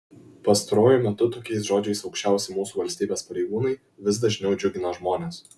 pastaruoju metu tokiais žodžiais aukščiausi mūsų valstybės pareigūnai vis dažniau džiugina žmones